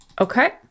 Okay